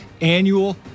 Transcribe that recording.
annual